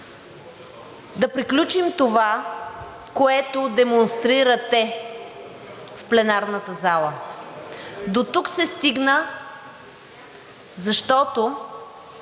Да приключим това, което демонстрирате в пленарната зала. Дотук се стигна, защото